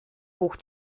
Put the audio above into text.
hoch